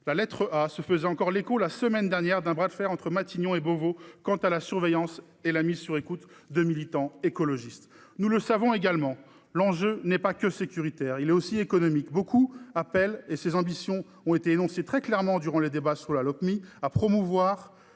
La se faisait encore l'écho la semaine dernière d'un bras de fer entre Matignon et Beauvau quant à la surveillance et la mise sur écoute de militants écologistes. L'enjeu n'est pas seulement sécuritaire, il est aussi économique. Beaucoup appellent- de telles ambitions ont été énoncées très clairement durant les débats sur la loi d'orientation